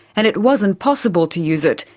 and it wasn't possible to use it,